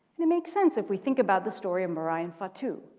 and it makes sense if we think about the story of mari and fatu.